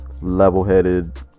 level-headed